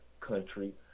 country